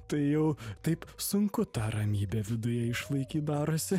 tai jau taip sunku tą ramybę viduje išlaikyt darosi